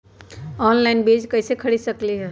Online बीज कईसे खरीद सकली ह?